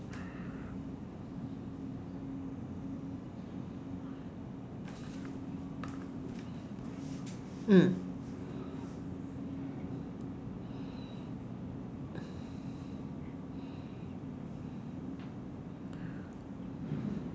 mm